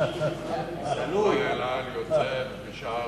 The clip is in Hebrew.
היה ויישאר בית-שאן.